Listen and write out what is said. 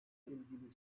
ilgili